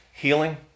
healing